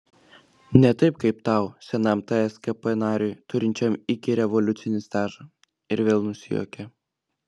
ne taip kaip tau senam tskp nariui turinčiam ikirevoliucinį stažą ir vėl nusijuokė